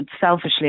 selfishly